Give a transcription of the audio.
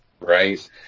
right